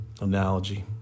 analogy